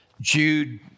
Jude